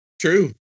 true